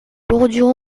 bordure